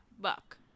buck